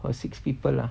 for six people lah